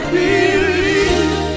believe